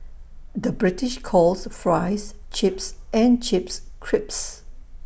the British calls Fries Chips and Chips Crisps